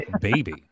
baby